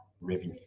revenue